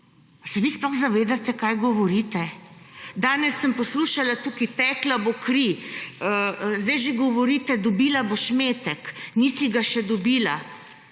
se vi sploh zavedate, kaj govorite? Danes sem poslušala tukaj, tekla bo kri. Zdaj že govorite, dobila boš metek, nisi ga še dobila.